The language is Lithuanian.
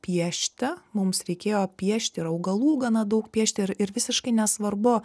piešti mums reikėjo piešti ir augalų gana daug piešti ir ir visiškai nesvarbu